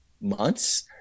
months